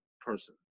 person